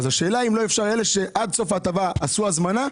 אז השאלה אם אפשר לתת את ההטבה הזאת לאלה שעד סוף ההטבה עשו הזמנה.